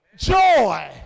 Joy